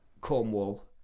Cornwall